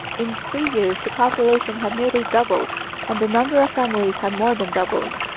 in three years the population had nearly doubled and the number of families had more than doubled.